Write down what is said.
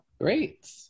Great